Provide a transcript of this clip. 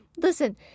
Listen